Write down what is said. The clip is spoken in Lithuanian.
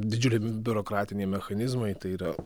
didžiuliai biurokratiniai mechanizmai tai yra